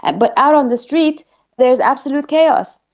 and but out on the street there is absolute chaos.